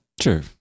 Sure